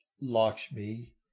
Lakshmi